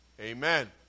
Amen